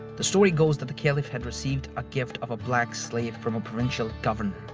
the story goes that the caliph had received a gift of a black slave from a provincial governor.